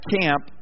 camp